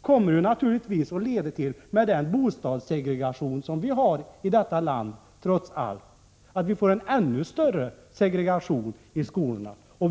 kommer naturligtvis att leda till — med den bostadssegregation som vi trots allt har i detta land — att vi får en ännu större segregation i skolorna.